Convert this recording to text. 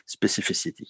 specificity